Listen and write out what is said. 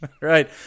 Right